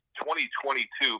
2022